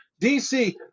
DC